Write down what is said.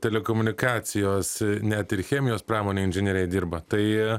telekomunikacijos net ir chemijos pramonėj inžinieriai dirba tai